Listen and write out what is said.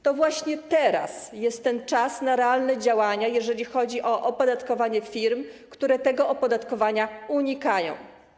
To właśnie teraz jest czas na realne działania, jeżeli chodzi o opodatkowanie firm, które tego opodatkowania unikają.